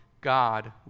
God